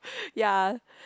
ya